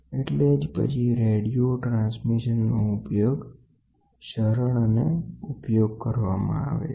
એટલે જ પછી રેડિયો પ્રસારણ નો ઉપયોગ વાયરલેસ તરીકે કરવામાં આવે છે